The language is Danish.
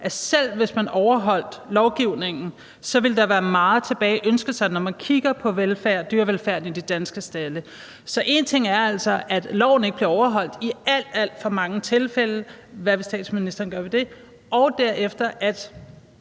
at selv hvis man overholdt lovgivningen, ville der stadig være meget, der lod tilbage at ønske, hvad angår dyrevelfærden i de danske stalde. Så det er altså sådan, at loven ikke bliver overholdt i alt, alt for mange tilfælde – hvad vil statsministeren gøre ved det? – og derudover er